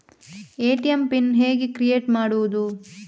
ATM pin ಹೇಗೆ create ಮಾಡುವುದು?